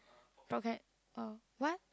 okay oh what